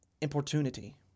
importunity